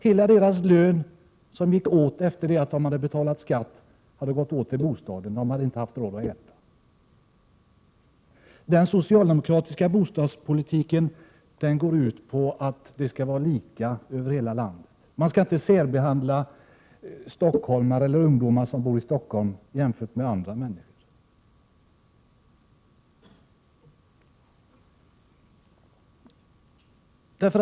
Hela deras lön efter skatt skulle då gå åt till att betala bostaden; de skulle inte ha råd att äta. Den socialdemokratiska bostadspolitiken går ut på att det skall vara lika över hela landet. Man skall inte särbehandla ungdomar som bor i Stockholm jämfört med andra människor.